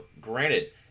granted